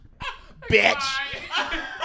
Bitch